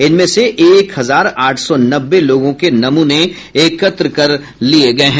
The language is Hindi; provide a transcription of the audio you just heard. इनमें से एक हजार आठ सौ नब्बे लोगों के नमूने एकत्र कर लिये गये हैं